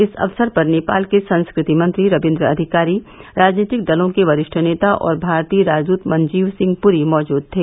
इस अवसर पर नेपाल के संस्कृति मंत्री रबिन्द्र अधिकारी राजनीतिक दलों के वरिष्ठ नेता और भारतीय राजदूत मंजीव सिंह पुरी मौजूद थे